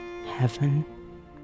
heaven